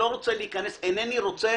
איני רוצה